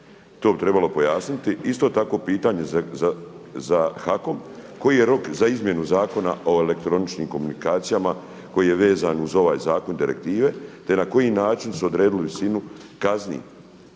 to bi trebalo pojasniti. Isto tako pitanje za HAKOM, koji je rok za izmjenu zakona o elektroničkim komunikacijama koji je vezan uz ovaj zakon i direktive te na koji način su odredili visinu kazni